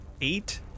eight